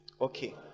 Okay